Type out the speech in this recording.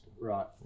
right